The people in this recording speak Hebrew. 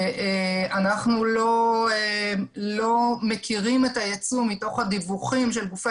אנחנו לא מכירים את היצוא מתוך הדיווחים של גופי